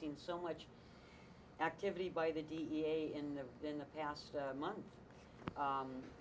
seen so much activity by the d a in the in the past month